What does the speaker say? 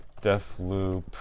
Deathloop